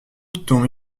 tombe